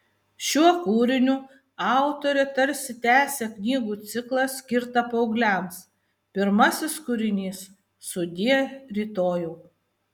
šiuo kūriniu autorė tarsi tęsia knygų ciklą skirtą paaugliams pirmasis kūrinys sudie rytojau